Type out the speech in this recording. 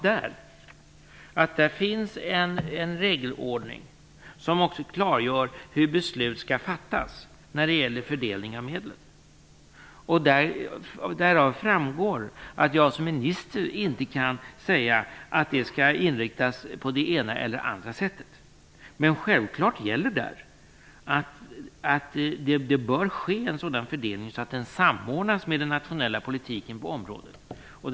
Där finns en regelordning som också klargör hur beslut skall fattas när det gäller fördelning av medlen. Därav framgår att jag som minister inte kan säga att det skall inriktas på det ena eller andra sättet. Men där gäller självfallet att det bör ske en sådan fördelning att den samordnas med den nationella politiken på området.